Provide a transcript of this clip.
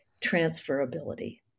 transferability